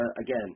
Again